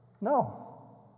No